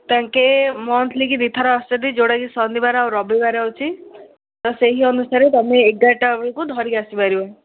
ତାଙ୍କେ ମନ୍ଥଲି କି ଦୁଇ ଥର ଆସୁଛନ୍ତି ଯେଉଁଟାକି ଶନିବାର ଆଉ ରବିବାର ହେଉଛି ତ ସେହି ଅନୁସାରେ ତୁମେ ଏଗାରଟା ବେଳକୁ ଧରିକି ଆସି ପାରିବ